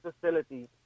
facility